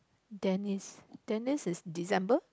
then is then it is December